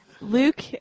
Luke